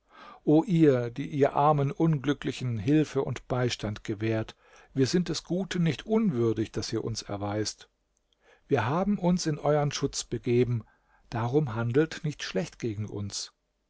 o ihr die ihr armen unglücklichen hilfe und beistand gewährt wir sind des guten nicht unwürdig das ihr uns erweist wir haben uns in euern schutz begeben darum handelt nicht schlecht gegen uns